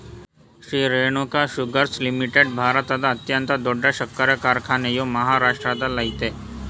Shri Renuka sugars limited ಭಾರತದ ಅತ್ಯಂತ ದೊಡ್ಡ ಸಕ್ಕರೆ ಕಾರ್ಖಾನೆಯು ಮಹಾರಾಷ್ಟ್ರದಲ್ಲಯ್ತೆ